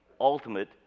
ultimate